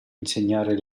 insegnare